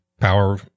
power